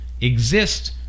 exist